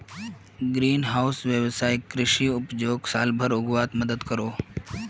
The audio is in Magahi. ग्रीन हाउस वैवसायिक कृषि उपजोक साल भर उग्वात मदद करोह